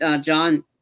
John